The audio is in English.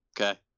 Okay